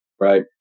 right